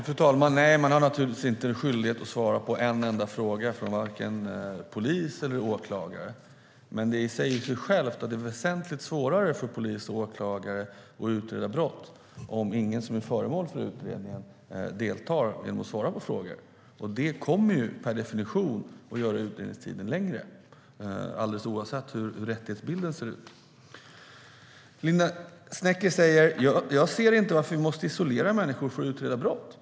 Fru talman! Nej, man är naturligtvis inte skyldig att svara på en enda fråga från vare sig polis eller åklagare. Men det säger sig självt att det är väsentligt svårare för polis och åklagare att utreda brott om ingen som är föremål för utredningen deltar genom att svara på frågor. Det kommer per definition att göra utredningstiden längre, alldeles oavsett hur rättighetsbilden ser ut. Linda Snecker säger att hon inte ser varför vi måste isolera människor för att utreda brott.